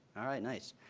all right. nice.